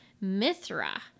Mithra